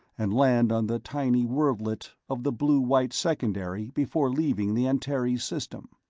and land on the tiny worldlet of the blue-white secondary before leaving the antares system.